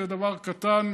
זה דבר קטן,